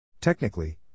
Technically